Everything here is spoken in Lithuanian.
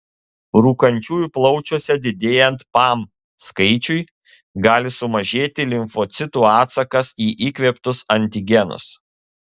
rūkančiųjų plaučiuose didėjant pam skaičiui gali sumažėti limfocitų atsakas į įkvėptus antigenus